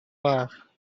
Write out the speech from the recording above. bach